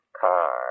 car